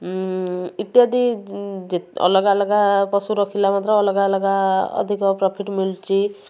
ଇତ୍ୟାଦି ଅଲଗା ଅଲଗା ପଶୁ ରଖିଲା ଅଲଗା ଅଲଗା ଅଧିକ ପ୍ରଫିଟ୍ ମିଳୁଛି